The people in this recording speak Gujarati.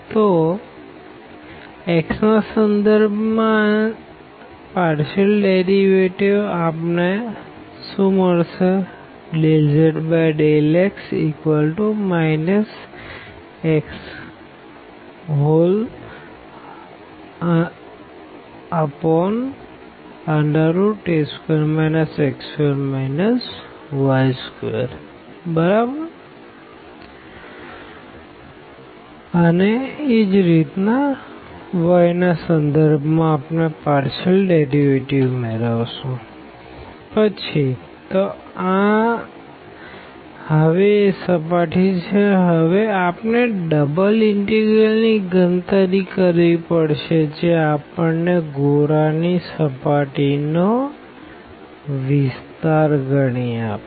તો x ના સંદર્ભ પાર્ડેશિઅલ ડેરીવેટીવ માં ∂z∂x xa2 x2 y2 અને પછી y ના સંદર્ભ પાર્ડેશિઅલ ડેરીવેટીવ માં ∂z∂y ya2 x2 y2 તો આ એ સર્ફેસ છે હવે આપણે ડબલ ઇનટેગ્રલ ની ગણતરી કરવી પડશે જે આપણને ગોળા ના સર્ફેસ નો વિસ્તાર ગણી આપશે